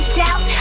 doubt